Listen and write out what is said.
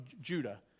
Judah